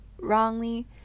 wrongly